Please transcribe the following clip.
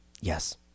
Yes